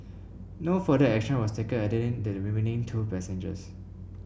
no further action was taken against the remaining two passengers